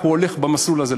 ולכך הוא הולך במסלול הזה,